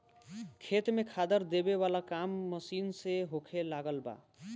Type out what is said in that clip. खेत में खादर देबे वाला काम मशीन से होखे लागल बा